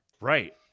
right